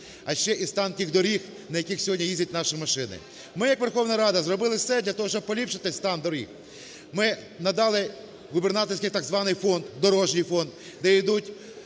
а ще й стан тих доріг, на яких сьогодні їздять наші машини. Ми як Верховна Рада зробили все для того, щоб поліпшити стан доріг. Ми надали "губернаторський" так званий фонд – дорожній фонд – де йдуть